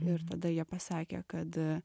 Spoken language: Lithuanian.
ir tada jie pasakė kad